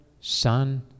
Son